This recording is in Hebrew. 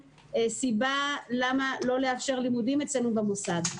סיבה למה לא לאפשר לימודים אצלנו במוסד.